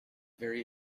very